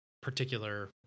particular